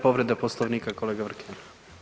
Povreda Poslovnika kolega Vrkljan.